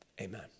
Amen